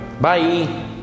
bye